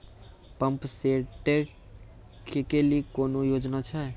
Pump set केलेली कोनो योजना छ?